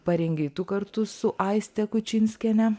parengei tu kartu su aiste kučinskiene